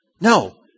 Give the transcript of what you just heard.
No